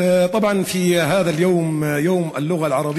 (אומר דברים בשפה הערבית,